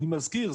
אני מזכיר,